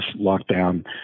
lockdown